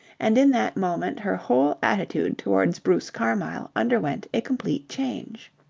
and in that moment her whole attitude towards bruce carmyle underwent a complete change.